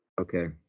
Okay